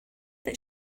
that